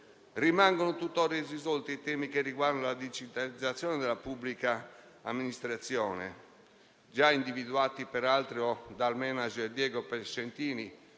Rimangono tutt'ora irrisolti i temi che riguardano la digitalizzazione della pubblica amministrazione, già individuati peraltro dal *manager* Diego Piacentini,